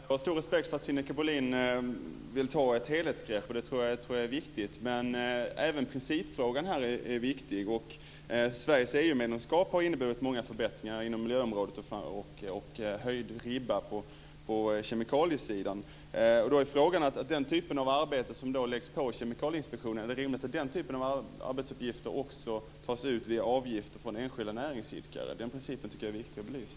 Fru talman! Jag har stor respekt för att Sinikka Bohlin vill ta ett helhetsgrepp, och det tror jag är viktigt. Men även principfrågan är viktig. Sveriges EU-medlemskap har inneburit många förbättringar på miljöområdet och det har höjt ribban på kemikaliesidan. Då är frågan om den typen av arbetsuppgifter som läggs på Kemikalieinspektionen ska finansieras via avgifter från enskilda näringsidkare. Den principen tycker jag är viktig att belysa.